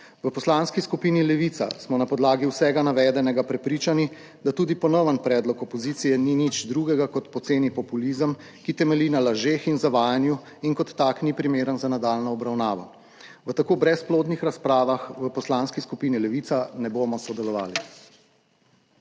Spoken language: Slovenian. V Poslanski skupini Levica smo na podlagi vsega navedenega prepričani, da tudi ponoven predlog opozicije ni nič drugega, kot poceni populizem, ki temelji na lažeh in zavajanju in kot tak ni primeren za nadaljnjo obravnavo. V tako brezplodnih razpravah v Poslanski skupini Levica ne bomo sodelovali.